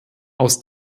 aus